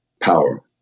power